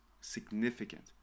significant